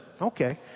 Okay